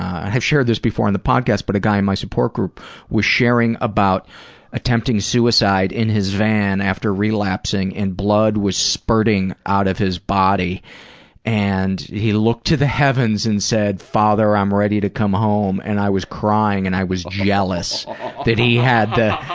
i've shared this before in the podcast but a guy in my support group was sharing about attempting suicide in his van after relapsing and blood was spurting out of his body and he looked to the heavens and said father, i'm ready to come home' and i was crying and i was jealous that he had the,